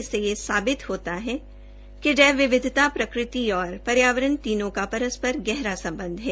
इससे यह साबित होता है कि जैव विविधता प्राकृति और पर्यावरण तीनों का परस्पर गहरा सम्बध है